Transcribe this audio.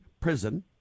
prison